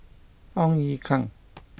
Ong Ye Kung